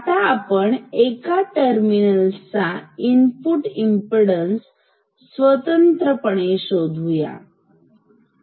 आता आपण एका टर्मिनल्स चा इनपुट इमपीडन्स स्वतंत्रपणे शोधु ठीक